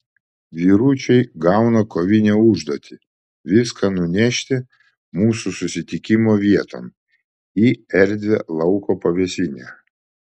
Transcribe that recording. vyručiai gauna kovinę užduotį viską nunešti mūsų susitikimo vieton į erdvią lauko pavėsinę